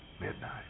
midnight